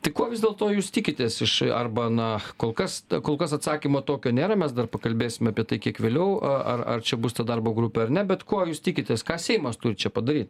tai ko vis dėlto jūs tikitės iš arba na kol kas kol kas atsakymo tokio nėra mes dar pakalbėsime apie tai kiek vėliau ar ar čia bus ta darbo grupė ar ne bet ko jūs tikitės ką seimas turi čia padaryt